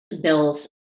bills